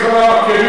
כי אני הודעתי